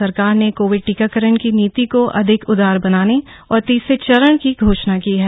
केन्द्र सरकार ने कोविड टीकाकरण की नीति को अधिक उदार बनाने और तीसरे चरण की घोषणा की है